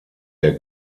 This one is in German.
der